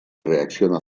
reacciona